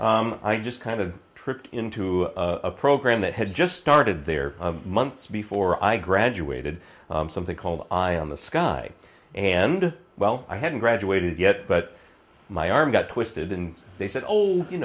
museum i just kind of tripped into a program that had just started there months before i graduated something called eye on the sky and well i hadn't graduated yet but my arm got twisted and they said oh you